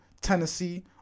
Tennessee